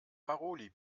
paroli